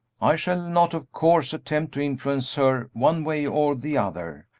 i shall not, of course, attempt to influence her one way or the other.